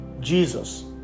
Jesus